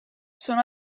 són